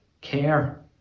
care